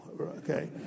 okay